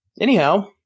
Anyhow